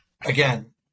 again